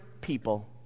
people